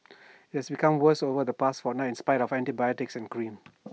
IT has become worse over the past fortnight in spite of antibiotics and cream